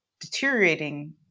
deteriorating